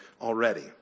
already